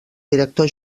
director